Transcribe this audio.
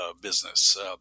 business